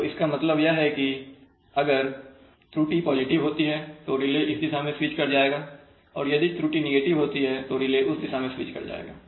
तो इसका मतलब यह है कि अगर त्रुटि पॉजिटिव होती है तो रिले इस दिशा में स्विच कर जाएगा और यदि त्रुटि नेगेटिव होती है तो रिले उस दिशा में स्विच कर जाएगा